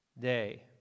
day